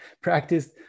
practiced